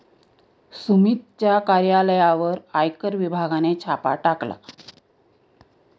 सुमितच्या कार्यालयावर आयकर विभागाने छापा टाकला